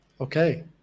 okay